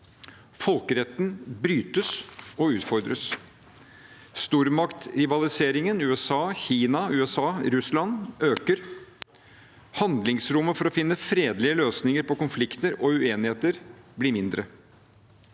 Folkeretten brytes og utfordres. Stormaktsrivaliseringen – USA–Kina og USA–Russland – øker. Handlingsrommet for å finne fredelige løsninger på konflikter og uenigheter blir mindre.